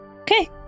Okay